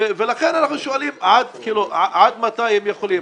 לכן אנחנו שואלים עד מתי הם יכולים.